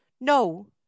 No